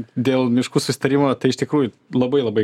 dėl miškų susitarimo tai iš tikrųjų labai labai